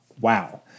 wow